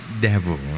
devil